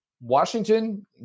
Washington